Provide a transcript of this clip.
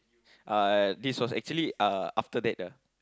uh this was actually uh after that ah